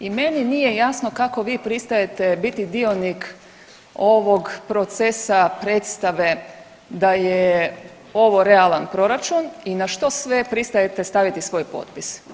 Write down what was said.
I meni nije jasno kako vi pristajete biti dionik ovog procesa, predstave da je ovo realan proračun i na što sve pristajete staviti svoj potpis.